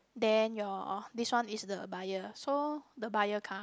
then your this one is the buyer so the buyer come